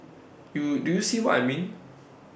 you do you see what I mean